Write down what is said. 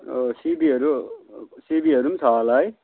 सिमीहरू सिमीहरू पनि छ होला है